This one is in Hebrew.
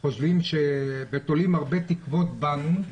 ותולים הרבה תקוות בנו,